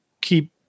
keep